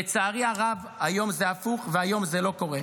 לצערי הרב, היום זה הפוך, והיום זה לא קורה.